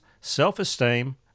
self-esteem